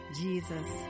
Jesus